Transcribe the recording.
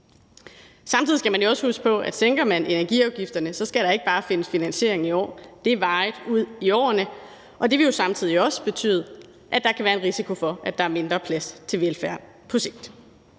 Samtidig skal man jo også huske på, at sænker man energiafgifterne, så skal der ikke bare findes finansiering i år, men varigt i årene frem. Og det vil jo samtidig også betyde, at der kan være en risiko for, at der er mindre plads til velfærd på sigt.